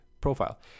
profile